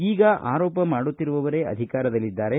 ಈಗ ಆರೋಪ ಮಾಡುತ್ತಿರುವವರೇ ಅಧಿಕಾರದಲ್ಲಿದ್ದಾರೆ